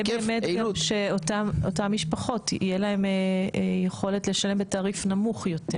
אולי שאותם משפחות יהיה להם יכולת לשלם בתעריף נמוך יותר.